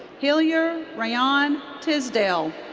hilier rhyan tisdell.